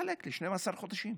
תחלק ל-12 חודשים,